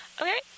Okay